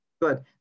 Good